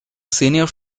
senior